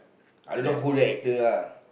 I don't know who the actor lah